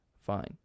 fine